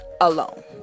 alone